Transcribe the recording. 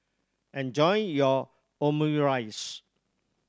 enjoy your Omurice